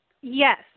Yes